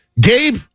Gabe